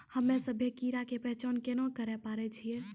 हम्मे सभ्भे कीड़ा के पहचान केना करे पाड़ै छियै?